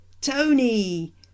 Tony